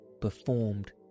performed